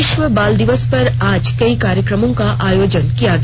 विश्व बाल दिवस पर आज कई कार्यक्रमों का आयोजन किया गया